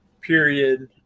period